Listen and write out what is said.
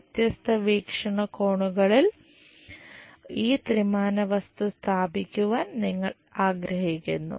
വ്യത്യസ്ത വീക്ഷണകോണുകളിൽ ഈ ത്രിമാന വസ്തു സ്ഥാപിക്കുവാൻ നമ്മൾ ആഗ്രഹിക്കുന്നു